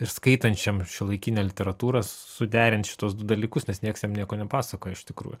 ir skaitančiam šiuolaikinę literatūrą suderinti šituos du dalykus nes nieks jam nieko nepasakoja iš tikrųjų